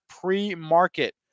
pre-market